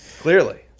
Clearly